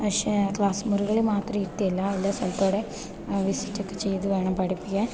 പക്ഷെ ക്ലാസ് മുറികളീമാത്രം ഇരുത്തിയല്ല എല്ലാ സ്ഥലത്തൂടെ വിസിറ്റൊക്കെ ചെയ്ത് വേണം പഠിപ്പിക്കാൻ